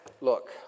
look